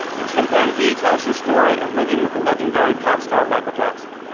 a chimpanzee tells his story of living with the legendary pop star michael jackson.